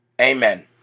Amen